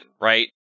right